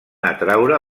atraure